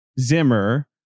Zimmer